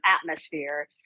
atmosphere